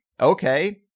okay